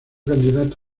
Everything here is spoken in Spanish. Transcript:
candidato